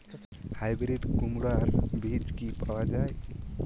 Hybrid কুমড়ার বীজ কি পাওয়া য়ায়?